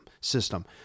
system